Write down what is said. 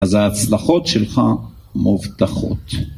אז ההצלחות שלך מובטחות.